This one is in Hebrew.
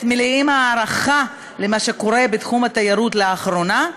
באמת מלאים הערכה למה שקורה בתחום התיירות לאחרונה.